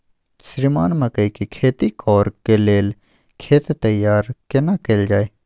श्रीमान मकई के खेती कॉर के लेल खेत तैयार केना कैल जाए?